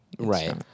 Right